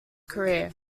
career